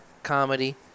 Comedy